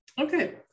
okay